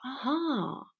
aha